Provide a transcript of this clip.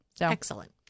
Excellent